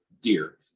deer